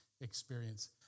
experience